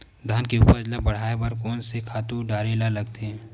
धान के उपज ल बढ़ाये बर कोन से खातु डारेल लगथे?